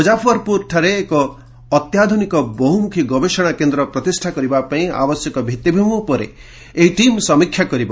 ମୁଜାଫରପୁରଠାରେ ଏକ ଅତ୍ୟାଧୁନିକ ବହୁମୁଖୀ ଗବେଷଣାକେନ୍ଦ୍ର ପ୍ରତିଷ୍ଠା କରିବା ପାଇଁ ଆବଶ୍ୟକ ଭିଭିଭୂମି ଉପରେ ଏହି ଟିମ୍ ସମୀକ୍ଷା କରିବ